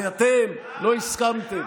ואתם לא הסכמתם.